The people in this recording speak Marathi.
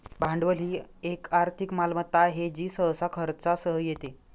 भांडवल ही एक आर्थिक मालमत्ता आहे जी सहसा खर्चासह येते